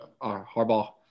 Harbaugh